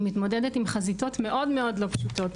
אני מתמודדת עם חזיתות מאוד מאוד לא פשוטות.